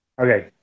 okay